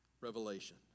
revelation